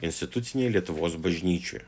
institucinėje lietuvos bažnyčioje